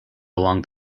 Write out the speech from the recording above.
along